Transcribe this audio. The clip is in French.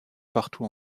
partout